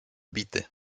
bity